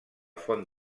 font